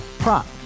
Prop